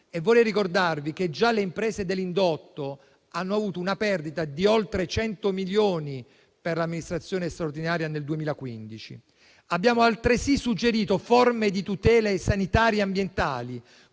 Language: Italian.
Voglio ricordarvi che già le imprese dell'indotto hanno avuto una perdita di oltre 100 milioni per l'amministrazione straordinaria nel 2015. Abbiamo altresì suggerito forme di tutele sanitarie e ambientali